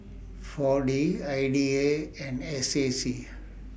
four D I D A and S A C